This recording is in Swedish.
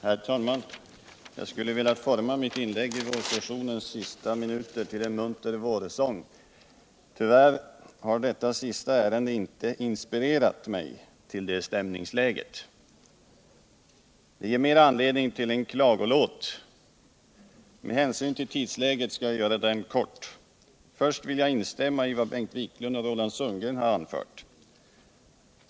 Herr talman! Jag skulle egentligen ha velat forma mitt inlägg i vårsessionens sista minuter till en munter vårsång. Men tyvärr har detta sista ärende inte inspirerat mig till det stämningläget utan mer gett anledning till en klagolåt. Med hänsyn till tiden skall jag göra denna kort. Först vill jag instämma i vad Bengt Wiklund och Roland Sundgren anfört.